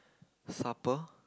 supper